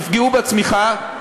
שיפגעו בצמיחה,